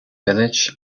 village